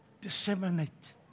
disseminate